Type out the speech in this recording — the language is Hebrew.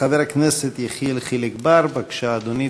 חבר הכנסת יחיאל חיליק בר, בבקשה, אדוני.